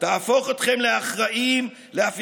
אני רוצה לומר לו שיש